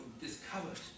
discovered